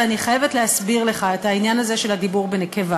אבל אני חייבת להסביר לך את העניין הזה של הדיבור בנקבה.